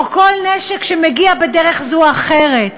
או כל נשק שמגיע בדרך זו או אחרת,